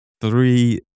Three